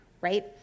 right